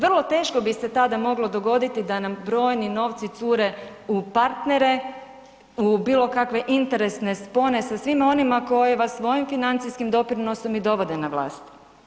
Vrlo teško bi se tada moglo dogoditi da nam brojni novci cure u partnere, u bilo kakve interesne spone sa svima onima koji vas svojim financijskim doprinosom i dovode na vlast.